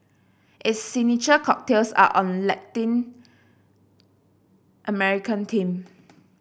its signature cocktails are on Latin American theme